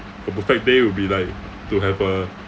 a perfect day would be like to have a